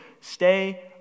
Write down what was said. stay